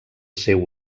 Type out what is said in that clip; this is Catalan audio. seu